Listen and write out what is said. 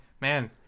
man